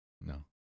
No